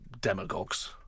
demagogues